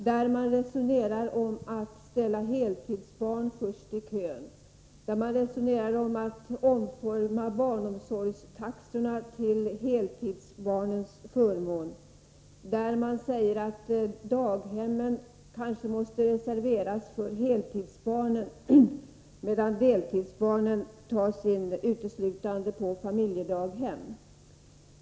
Där resonerar man nu om att ställa ”heltidsbarn” först i kön, att omforma barnomsorgstaxorna till heltidsbarnens förmån, att daghemmen kanske måste reserveras för heltidsbarnen, medan ”deltidsbarnen” uteslutande får tas in på familjedaghem.